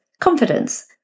confidence